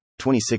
26